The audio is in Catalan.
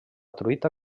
truita